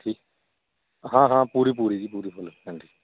ਠੀ ਹਾਂ ਹਾਂ ਪੂਰੀ ਪੂਰੀ ਜੀ ਪੂਰੀ ਫੁੱਲ ਗਰੰਟੀ